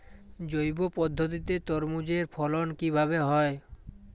জৈব পদ্ধতিতে তরমুজের ফলন কিভাবে হয়?